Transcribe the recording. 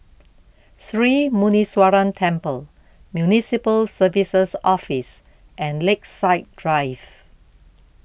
Sri Muneeswaran Temple Municipal Services Office and Lakeside Drive